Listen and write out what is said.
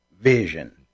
vision